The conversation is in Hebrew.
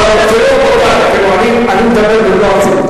תראו, רבותי, אני מדבר במלוא הרצינות.